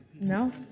No